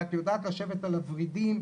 ואת יודעת לשבת על הורידים,